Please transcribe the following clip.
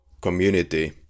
community